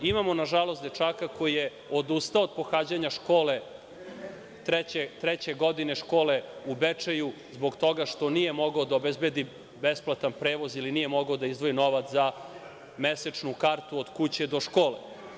Imamo nažalost, dečaka koji je odustao od pohađanja treće godine škole u Bečeju, zbog toga što nije mogao da obezbedi besplatan prevoz ili nije mogao da izdvoji novac za mesečnu kartu od kuće do škole.